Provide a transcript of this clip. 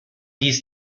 dies